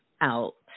out